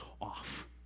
off